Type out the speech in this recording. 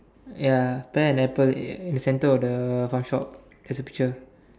ya pear and apple in the center of the farm shop there's a picture